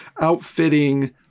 outfitting